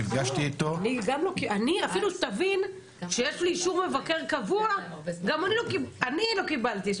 נפגשתי אתו --- תבין שיש לי אישור מבקר קבוע אני לא קיבלתי.